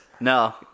No